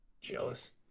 Jealous